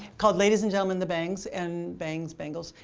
called ladies and gentlemen, the bangs. and bangs, bangles.